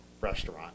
restaurant